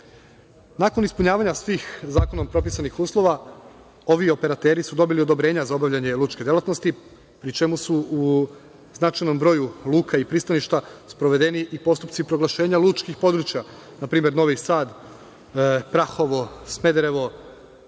EU.Nakon ispunjavanja svih zakonom propisanih uslova ovi operateri su dobili odobrenja za obavljanje lučke delatnosti pri čemu su u značajnom broju luke i pristaništa sprovedeni postupci proglašenja lučkih područja, npr. Novi Sad, Prahovo, Smederevo,